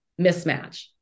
mismatch